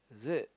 is it